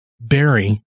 Barry